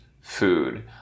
food